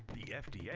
the fda, yeah